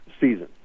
season